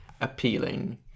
appealing